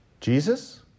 Jesus